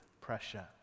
pressure